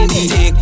Take